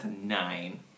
nine